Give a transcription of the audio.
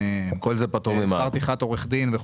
שכר טרחת עורך דין.